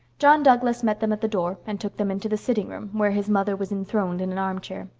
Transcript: john douglas met them at the door and took them into the sitting-room, where his mother was enthroned in an armchair.